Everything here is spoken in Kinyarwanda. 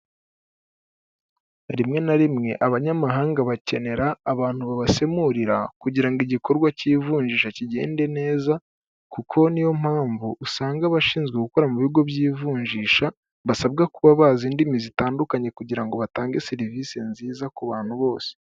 Rimwe na rimwe abanyamahanga bakenera abantu babasemurira kugira ngo igikorwa cy'ivunjisha kigende neza kuko niyo mpamvu usanga abashinzwe gukora mu bigo by'ivunjisha basabwa kuba bazi indimi zitandukanye kugira ngo batange serivisi nziza ku bantu bose.